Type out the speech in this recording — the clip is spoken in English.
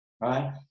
right